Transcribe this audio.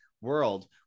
world